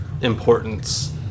importance